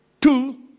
Two